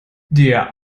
der